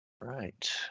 Right